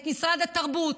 את משרד התרבות,